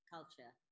Culture